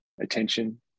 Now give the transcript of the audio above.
attention